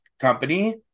company